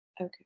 Okay